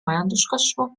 majanduskasvu